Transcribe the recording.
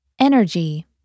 Energy